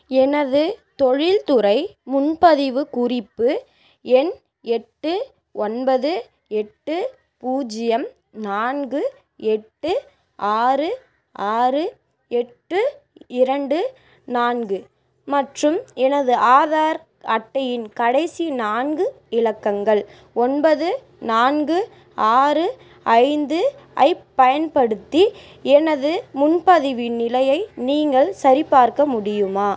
எனது தொழில்துறை முன்பதிவு குறிப்பு எண் எட்டு ஒன்பது எட்டு பூஜ்ஜியம் நான்கு எட்டு ஆறு ஆறு எட்டு இரண்டு நான்கு மற்றும் எனது ஆதார் அட்டையின் கடைசி நான்கு இலக்கங்கள் ஒன்பது நான்கு ஆறு ஐந்து ஐப் பயன்படுத்தி எனது முன்பதிவின் நிலையை நீங்கள் சரிபார்க்க முடியுமா